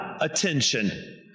attention